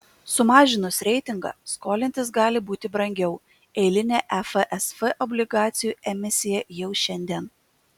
sumažinus reitingą skolintis gali būti brangiau eilinė efsf obligacijų emisija jau šiandien